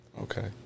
Okay